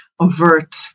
overt